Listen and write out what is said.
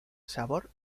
sabor